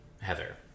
Heather